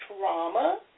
trauma